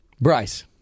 Bryce